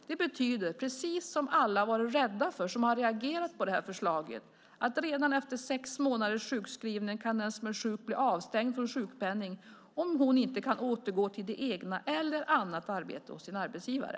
Det betyder just det som alla som reagerat mot förslaget var rädda för, nämligen att den som är sjuk redan efter sex månaders sjukskrivning kan bli avstängd från sjukpenning om hon inte kan återgå till det egna arbetet eller till något annat arbete hos sin arbetsgivare.